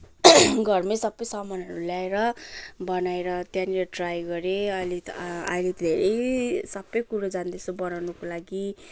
घरमा सबै सामानहरू ल्याएर बनाएर त्यहाँनिर ट्राइ गरेँ अहिले त अहिले धेरै सबै कुरो जान्दछु बनाउनको लागि